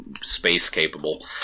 space-capable